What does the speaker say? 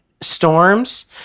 storms